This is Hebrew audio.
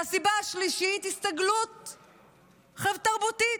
והסיבה השלישית, הסתגלות תרבותית.